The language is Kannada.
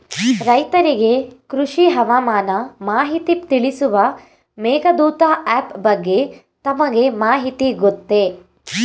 ರೈತರಿಗೆ ಕೃಷಿ ಹವಾಮಾನ ಮಾಹಿತಿ ತಿಳಿಸುವ ಮೇಘದೂತ ಆಪ್ ಬಗ್ಗೆ ತಮಗೆ ಮಾಹಿತಿ ಗೊತ್ತೇ?